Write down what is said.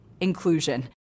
inclusion